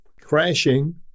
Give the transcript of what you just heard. crashing